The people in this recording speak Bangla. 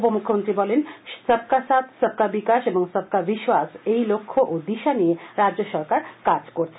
উপমুখ্যমন্ত্রী বলেন সবকা সাখ সবকা বিকাশ ও সবকা বিশ্বাস এই লক্ষ্য ও দিশা নিয়ে রাজ্য সরকার কাজ করছে